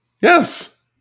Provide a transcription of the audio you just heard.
Yes